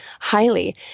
highly